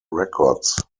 records